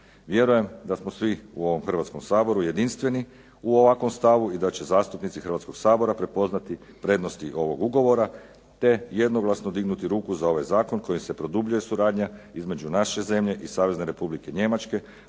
Vjerujem da smo svi u ovom Hrvatskom saboru jedinstveni u ovakvom stavu i da će zastupnici Hrvatskog sabora prepoznati prednosti ovog ugovora te jednoglasno dignuti ruku za ovaj zakon kojim se produbljuje suradnja između naše zemlje i Savezne Republike Njemačke,